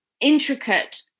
intricate